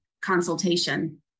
consultation